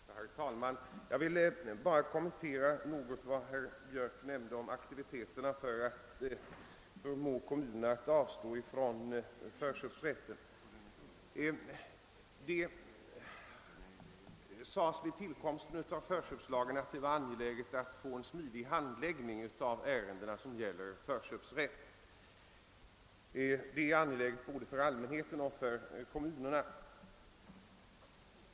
Herr talman! Jag vill bara kommentera vad herr Björk i Påarp sade om aktiviteten för att förmå kommunerna att avstå ifrån förköpsrätten. Det sades vid tillkomsten av förköpslagen att det var angeläget att få till stånd en smidig handläggning av ärenden som gäller förköpsrätt. Det är angeläget både för allmänheten och för kommunerna.